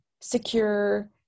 secure